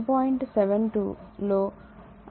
7 2 లో అదే వోల్టేజ్ సూచించబడినది